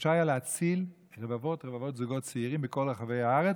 אפשר היה להציל רבבות רבבות זוגות צעירים בכל רחבי הארץ.